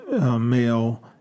male